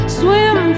swim